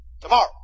Tomorrow